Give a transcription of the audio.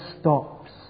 stops